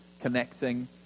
connecting